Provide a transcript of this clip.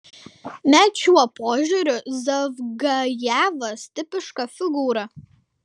net šiuo požiūriu zavgajevas tipiška figūra